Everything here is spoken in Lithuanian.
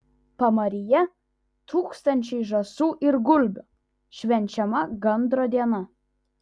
pamaryje tūkstančiai žąsų ir gulbių švenčiama gandro diena